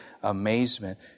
amazement